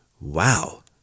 wow